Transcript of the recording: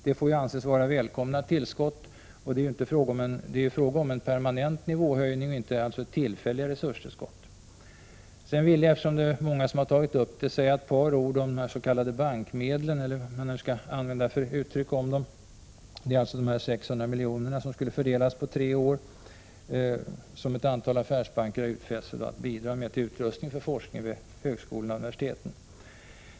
Det får anses vara välkomna tillskott, och det är fråga om en permanent nivåhöjning. Prot. 1986/87:131 Eftersom många tagit upp det vill jag också säga ett par ord om 26 maj 1987 bankmedlen, eller vad vi skall använda för uttryck. Det är alltså de 600 miljoner som på tre år skall fördelas och som ett antal affärsbanker utfäst sig att bidra med till utrustning för forskning vid högskolor och universitet.